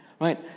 right